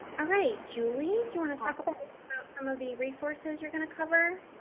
ah right, julie, do you want to talk about some of the resources you're going to cover?